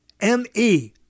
M-E